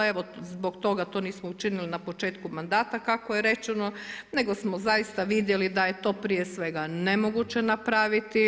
Evo zbog toga to nismo učinili na početku mandata kako je rečeno, nego smo zaista vidjeli da je to prije svega nemoguće napraviti.